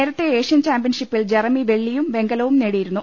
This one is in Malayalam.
നേരത്തെ ഏഷ്യൻ ചാമ്പ്യൻഷി പ്പിൽ ജെറമി വെള്ളിയും വെങ്കലവും നേടിയിരുന്നു